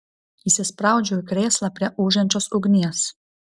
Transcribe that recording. įsispraudžiau į krėslą prie ūžiančios ugnies